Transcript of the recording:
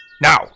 Now